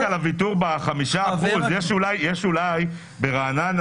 רק על הוויתור ב-5% יש אולי ברעננה